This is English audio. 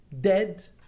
dead